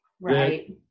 Right